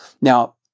Now